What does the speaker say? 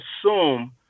assume